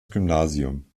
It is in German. gymnasium